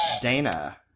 Dana